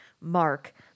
mark